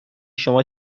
شما